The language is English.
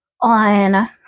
on